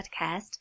podcast